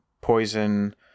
poison